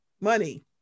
money